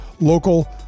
local